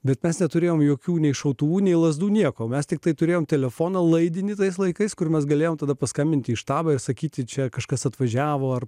bet mes neturėjome jokių neiššautų nei lazdų nieko mes tiktai turėjome telefoną laidinį tais laikais kur mes galėjome tada paskambinti į štabą ir sakyti čia kažkas atvažiavo ar